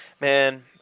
Man